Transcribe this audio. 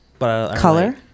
Color